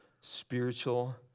spiritual